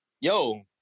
Yo